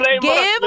Give